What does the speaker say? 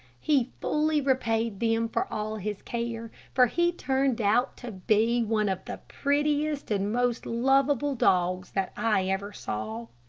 he fully repaid them for all his care, for he turned out to be one of the prettiest and most lovable dogs that i ever saw.